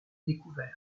découverts